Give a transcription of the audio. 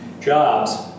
jobs